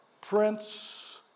Prince